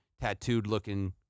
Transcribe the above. tattooed-looking